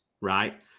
right